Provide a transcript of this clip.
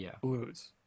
blues